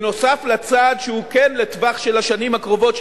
נוסף על הצעד שהוא כן לטווח של השנים הקרובות,